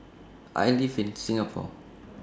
I live in Singapore